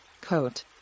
coat